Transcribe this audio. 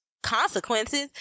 Consequences